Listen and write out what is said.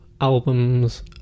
albums